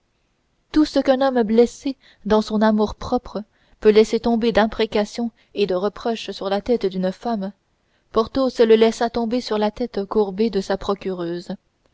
tout ce qu'un homme blessé dans son amour-propre peut laisser tomber d'imprécations et de reproches sur la tête d'une femme porthos le laissa tomber sur la tête courbée de la procureuse